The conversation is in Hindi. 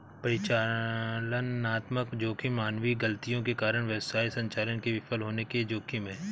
परिचालनात्मक जोखिम मानवीय गलतियों के कारण व्यवसाय संचालन के विफल होने का जोखिम है